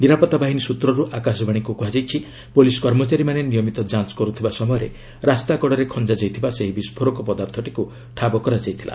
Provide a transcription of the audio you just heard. ନିରାପତ୍ତା ବାହିନୀ ସୂତ୍ରରୁ ଆକାଶବାଣୀକୁ କୁହାଯାଇଛି ପୁଲିସ୍ କର୍ମଚାରୀମାନେ ନିୟମିତ ଯାଞ୍ଚ କର୍ତ୍ତିବା ସମୟରେ ରାସ୍ତାକଡ଼ାରେ ଖଞ୍ଜା ଯାଇଥିବା ସେହି ବିସ୍ଫୋରକ ପଦାର୍ଥଟିକୁ ଠାବ କରିଥିଲେ